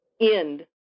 end